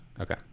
okay